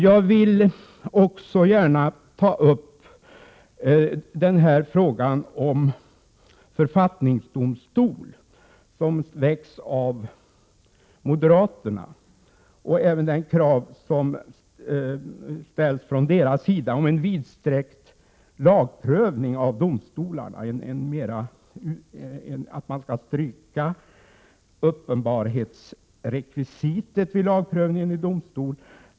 Jag vill också gärna ta upp frågan om en författningsdomstol, som har väckts av moderaterna, och även det krav som ställs från deras sida om en vidsträckt lagprövning av domstolarna, dvs. att man skall stryka uppenbarhetsrekvisitet vid lagprövningen i domstol.